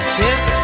kiss